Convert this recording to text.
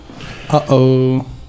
Uh-oh